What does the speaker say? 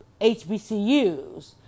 HBCUs